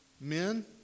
men